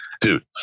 dude